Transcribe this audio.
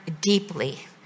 deeply